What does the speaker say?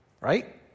right